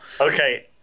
Okay